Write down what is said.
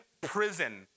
prison